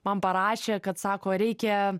man parašė kad sako reikia